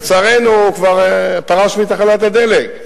לצערנו הוא כבר פרש מתחנת הדלק,